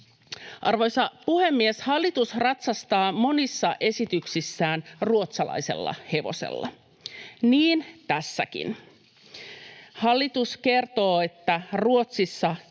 Arvoisa puhemies! Hallitus ratsastaa monissa esityksissään ruotsalaisella hevosella, niin tässäkin. Hallitus kertoo, että Ruotsissa tämä